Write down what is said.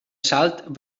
salt